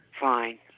Fine